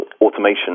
automation